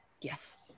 yes